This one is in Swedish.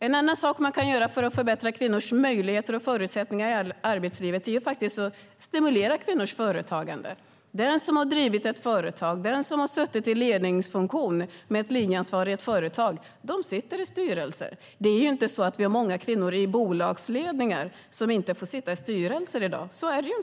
En annan sak man kan göra för att förbättra kvinnors möjligheter och förutsättningar i arbetslivet är att stimulera kvinnors företagande. Den som har drivit ett företag och den som har suttit i ledningsfunktion med ett linjeansvar i ett företag sitter i styrelser. Det är inte så att vi har många kvinnor i bolagsledningar som inte får sitta i styrelser i dag.